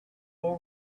will